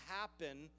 happen